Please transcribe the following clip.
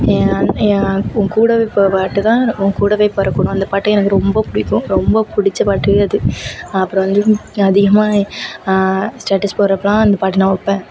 ஏன் ஏன் உன் கூடவே பா பாட்டுதான் உன் கூடவே பிறக்கணும் அந்த பாட்டு எனக்கு ரொம்ப பிடிக்கும் ரொம்ப பிடிச்ச பாட்டு அது அப்புறம் வந்து அதிகமாக ஸ்டேட்டஸ் போட்றப்பலாம் அந்த பாட்டு நான் வைப்பேன்